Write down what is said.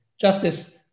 Justice